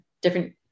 different